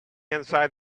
inside